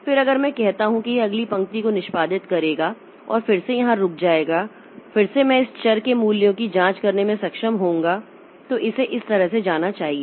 फिर अगर मैं कहता हूं कि यह अगली पंक्ति को निष्पादित करेगा और फिर से यहां रुक जाएगा फिर से मैं इस चर के मूल्यों की जांच करने में सक्षम होऊंगा तो इसे इस तरह से जाना चाहिए